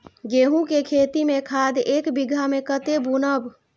गेंहू के खेती में खाद ऐक बीघा में कते बुनब?